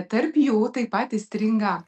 tarp jų taip pat įstringa